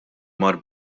mar